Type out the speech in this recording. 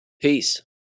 Peace